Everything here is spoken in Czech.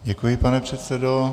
Děkuji, pane předsedo.